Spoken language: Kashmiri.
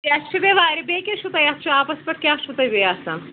اَسہِ چھُ بیٚیہِ واریاہ بیٚیہِ کیٛاہ چھُو تۄہہِ اَتھ چھُ شاپَس پٮ۪ٹھ کیٛاہ چھُو تۄہہِ بیٚیہِ آسان